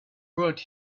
brought